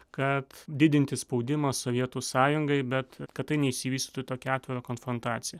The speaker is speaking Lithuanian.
kad didinti spaudimą sovietų sąjungai bet kad tai neišsivystytų į tokią atvirą konfrontaciją